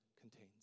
contains